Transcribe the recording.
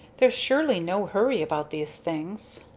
there's surely no hurry about these things.